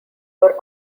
were